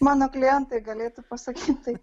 mano klientai galėtų pasakyti